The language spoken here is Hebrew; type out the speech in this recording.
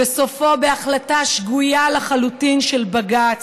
וסופו בהחלטה שגויה לחלוטין של בג"ץ.